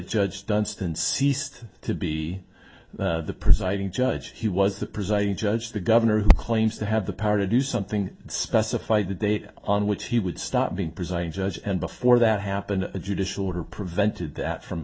judge dunstan ceased to be the presiding judge he was the presiding judge the governor who claims to have the power to do something specified the date on which he would stop being presiding judge and before that happened a judicial order prevented that from